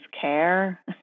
care